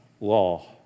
law